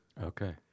Okay